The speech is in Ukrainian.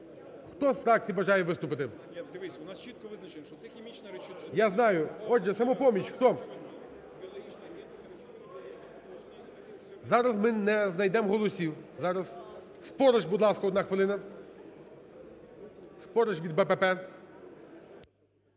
Хто з фракцій бажає виступити? Отже, "Самопоміч", хто? Зараз ми не знайдемо голосів. Спориш, будь ласка, одна хвилина. Спориш від "БПП".